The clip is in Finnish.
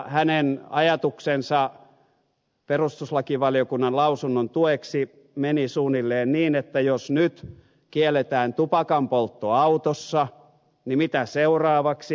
hänen ajatuksensa perustuslakivaliokunnan lausunnon tueksi meni suunnilleen niin että jos nyt kielletään tupakanpoltto autossa niin mitä seuraavaksi